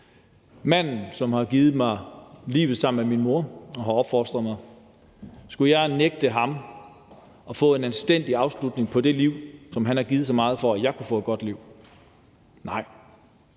min mor har givet mig livet og har opfostret mig. Skulle jeg nægte ham at få en anstændig afslutning på det liv, når han har givet så meget for, at jeg kunne få et godt liv? Nej.